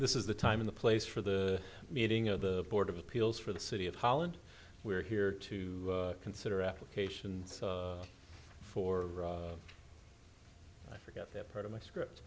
this is the time in the place for the meeting of the board of appeals for the city of holland we're here to consider applications for i forget that part of my script